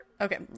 Okay